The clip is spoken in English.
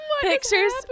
Pictures